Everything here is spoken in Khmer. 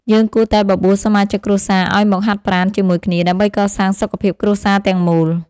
យើងគួរតែបបួលសមាជិកគ្រួសារឱ្យមកហាត់ប្រាណជាមួយគ្នា ដើម្បីកសាងសុខភាពគ្រួសារទាំងមូល។